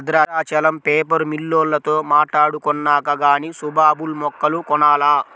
Bhadrachalam paper మిల్లోల్లతో మాట్టాడుకొన్నాక గానీ సుబాబుల్ మొక్కలు కొనాల